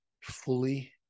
fully